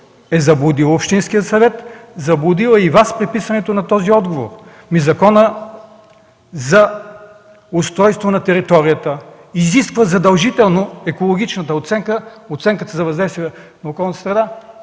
е заблудил общинския съвет, заблудил е и Вас с писането на този отговор. Ами Законът за устройство на територията изисква задължително екологичната оценка, оценката за въздействие на околната среда